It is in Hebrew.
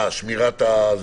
שמירת הפרטים?